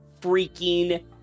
freaking